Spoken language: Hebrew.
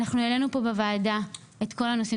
העלינו פה בוועדה את כל הנושאים,